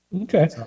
Okay